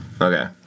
Okay